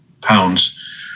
pounds